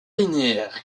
linéaire